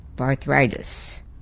arthritis